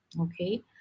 okay